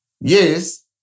Yes